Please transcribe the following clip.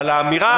אבל האמירה,